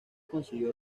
consiguió